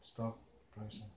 staff price ah